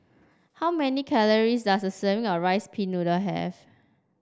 how many calories does a serving of Rice Pin Noodles have